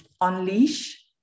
unleash